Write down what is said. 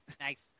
Nice